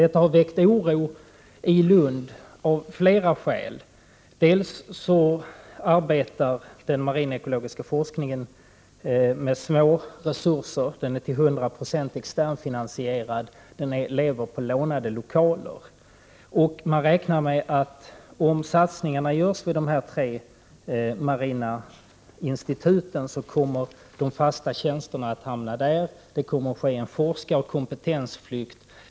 Detta har av flera skäl väckt oro i Lund. Den marinekologiska forskningen arbetar där med små resurser. Den är till 100 26 externfinansierad, och den lever i lånade lokaler. Man räknar med att om satsningarna görs vid dessa tre marina institut så kommer de fasta tjänsterna att hamna där. Det kommer att ge en forskaroch kompetensflykt.